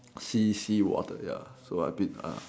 sea sea water ya so I've been uh